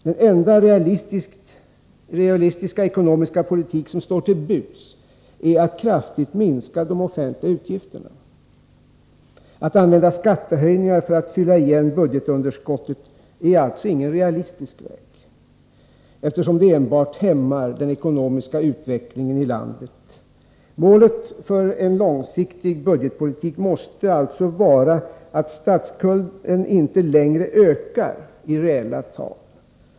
Den enda realistiska ekonomiska politik som står till buds är att kraftigt minska de offentliga utgifterna. Att använda skattehöjningar för att fylla igen budgetunderskottet är ingen realistisk väg, eftersom det enbart hämmar den ekonomiska utvecklingen i landet. Målet för en långsiktig budgetpolitik måste vara att statsskulden inte längre ökar i reella tal.